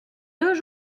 deux